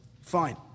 Fine